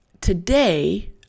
Today